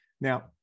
Now